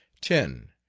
ten.